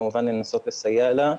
וכמובן לנסות לסייע לה.